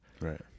Right